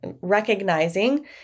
recognizing